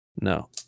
no